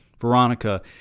Veronica